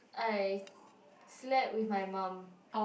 I slept with my mum